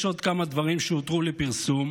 יש עוד כמה דברים שהותרו לפרסום,